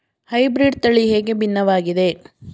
Hybrid ತಳಿ ಹೇಗೆ ಭಿನ್ನವಾಗಿದೆ?